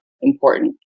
important